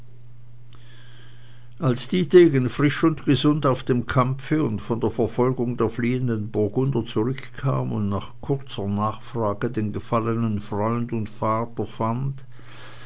als dietegen frisch und gesund aus dem kampfe und von der verfolgung der fliehenden burgunder zurückkam und nach kurzer nachfrage den gefallenen freund und vater fand